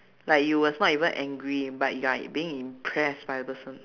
like you was not even angry but you are being impressed by a person